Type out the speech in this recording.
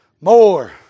more